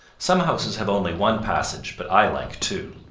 some houses have only one passage, but i like two.